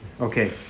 Okay